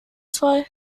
zwei